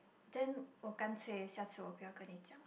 then 我干脆下次我不要跟你讲了